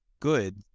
good